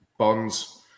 bonds